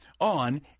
on